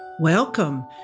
Welcome